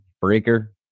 Breaker